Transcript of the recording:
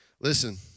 Listen